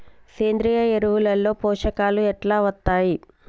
సేంద్రీయ ఎరువుల లో పోషకాలు ఎట్లా వత్తయ్?